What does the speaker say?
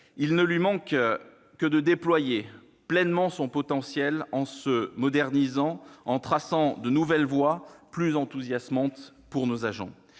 à cette dernière que de déployer pleinement son potentiel en se modernisant et en traçant de nouvelles voies plus enthousiasmantes pour nos agents.